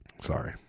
Sorry